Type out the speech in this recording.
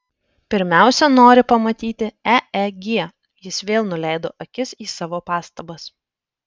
pirmiausia nori pamatyti eeg jis vėl nuleido akis į savo pastabas